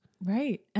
Right